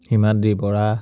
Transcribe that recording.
Himadri Bora